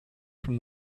from